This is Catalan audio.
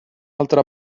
altra